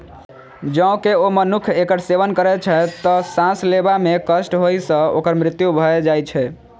जौं केओ मनुक्ख एकर सेवन करै छै, तं सांस लेबा मे कष्ट होइ सं ओकर मृत्यु भए जाइ छै